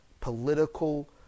political